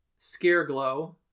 Scareglow